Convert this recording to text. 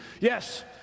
Yes